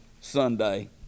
Sunday